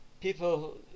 People